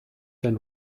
then